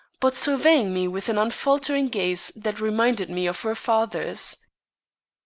but surveying me with an unfaltering gaze that reminded me of her father's.